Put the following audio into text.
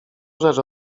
rzecz